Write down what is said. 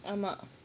ஆமா:aamaa